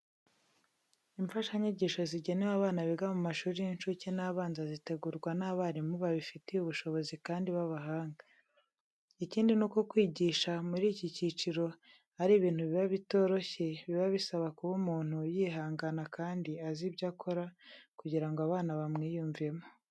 Imfashanyigisho zigenewe abana biga mu mashuri y'incuke n'abanza zitegurwa n'abarimu babifitiye ubushobozi kandi b'abahanga. Ikindi nuko kwigisha muri iki cyiciro ari ibintu biba bitoroshye, biba bisaba kuba umuntu yihangana kandi azi ibyo akora kugira ngo abana bamwiyumvemo.